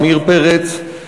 עמיר פרץ.